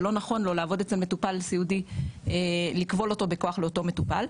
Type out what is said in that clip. ולא נכון לו לעבוד אצל מטופל סיעודי לכבול אותו בכוח לאותו מטופל.